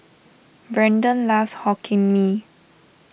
Brendon loves Hokkien Mee